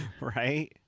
Right